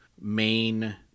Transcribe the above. main